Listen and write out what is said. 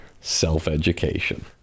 self-education